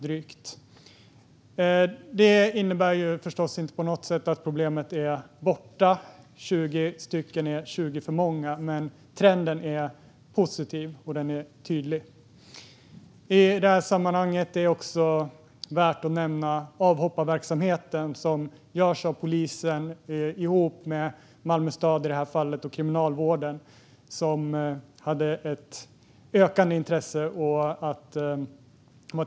Det innebär förstås inte på något sätt att problemet är borta. 20 stycken är 20 för många. Men trenden är positiv, och den är tydlig. I sammanhanget är det också värt att nämna att det fanns ett ökat intresse för avhopparverksamheten, som drivs av polisen tillsammans med i det här fallet Malmö stad och Kriminalvården.